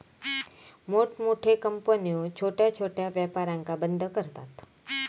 मोठमोठे कंपन्यो छोट्या छोट्या व्यापारांका बंद करता